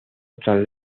otras